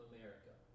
America